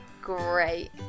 great